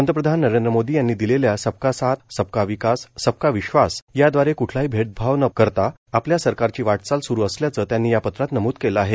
पंतप्रधान नरेंद्र मोदी यांनी दिलेल्या सबका साथ सबका विकास सबका विश्वास यादवारे क्ठलाही भेदभाव न करता आपल्या सरकारची वाटचाल सुरु असल्याचं त्यांनी या पत्रांत नमूद केलं आहे